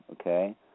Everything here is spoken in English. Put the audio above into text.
okay